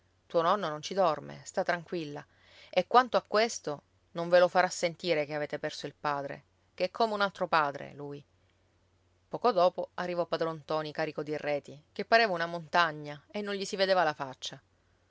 tuo nonno non ci dorme sta tranquilla e quanto a questo non ve lo farà sentire che avete perso il padre ché è come un altro padre lui poco dopo arrivò padron ntoni carico di reti che pareva una montagna e non gli si vedeva la faccia